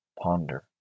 ponder